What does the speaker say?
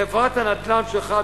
חברת הנדל"ן שלך,